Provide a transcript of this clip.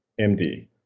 md